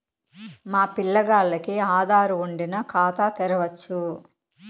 మా పిల్లగాల్లకి ఆదారు వుండిన ఖాతా తెరవచ్చు